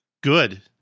Good